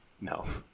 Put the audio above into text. No